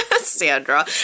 Sandra